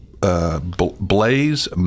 Blaze